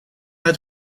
had